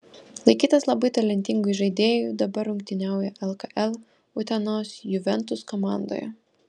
laikytas labai talentingu įžaidėju dabar rungtyniauja lkl utenos juventus komandoje